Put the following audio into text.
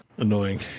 Annoying